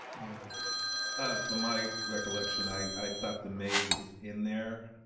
yeah for my recollection i thought the may was in there.